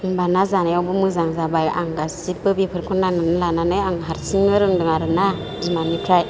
होनबाना जानायावबो मोजां जाबाय आं गासैबो बेफोरखौ नायनानै लानानै आं हारसिंनो रोंदों आरोना बिमानिफ्राय